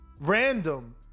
random